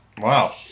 Wow